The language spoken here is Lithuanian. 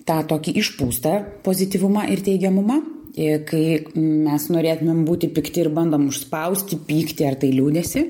tą tokį išpūstą pozityvumą ir teigiamumą i kai mes norėtumėm būti pikti ir bandom užspausti pyktį ar tai liūdesį